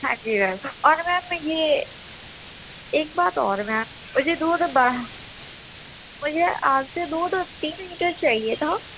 ہاں جی میم اور میم میں یہ ایک بات اور ہے میم مجھے دودھ بڑھا مجھے آپ سے دودھ تین لیٹر چاہیے تھا